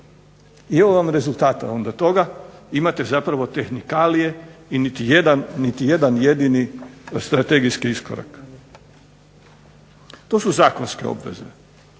I evo vam rezultata onda toga, imate zapravo tehnikalije i niti jedan jedini strategijski iskorak. To su zakonske obveze.